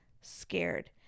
scared